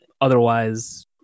Otherwise